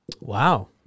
Wow